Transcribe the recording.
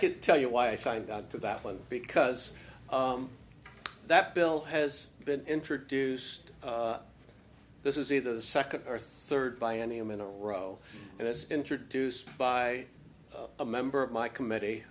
could tell you why i signed on to that one because that bill has been introduced this is either the second or third by any i'm in a row and it's introduced by a member of my committee